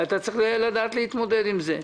ואתה צריך לדעת להתמודד עם זה.